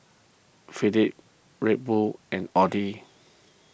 Philips Red Bull and Audi